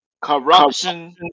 corruption